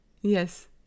Yes